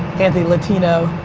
anthony latino,